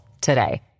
today